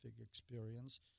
experience